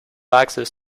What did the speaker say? access